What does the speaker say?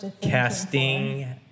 casting